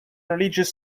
religious